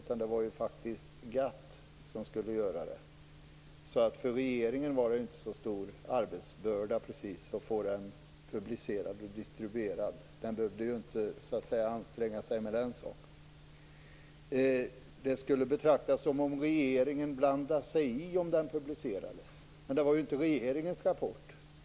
Det var faktiskt GATT som skulle göra det. För regeringen var det inte någon stor arbetsbörda precis att få den publicerad och distribuerad. Regeringen behövde inte anstränga sig med den saken. Det skulle betraktas som om regeringen blandade sig i om rapporten publicerades. Men det var ju inte regeringens rapport.